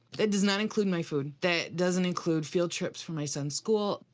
that does not include my food. that doesn't include field trips for my son's school.